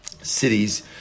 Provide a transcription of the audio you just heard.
cities